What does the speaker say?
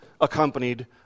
accompanied